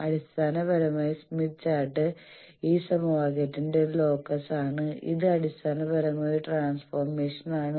അടിസ്ഥാനപരമായി Smith chart ഈ സമവാക്യത്തിന്റെ ഒരു ലോക്കസ് ആണ് ഇത് അടിസ്ഥാനപരമായി ഒരു ട്രാൻസ്ഫോർമേഷൻ ആണ്